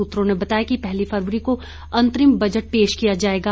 सूत्रों ने बताया है कि पहली फरवरी को अंतरिम बजट पेश किया जायेगा